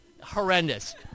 Horrendous